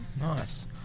nice